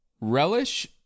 Relish